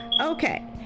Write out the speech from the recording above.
Okay